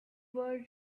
were